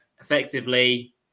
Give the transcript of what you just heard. effectively